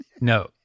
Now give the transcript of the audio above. no